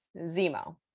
Zemo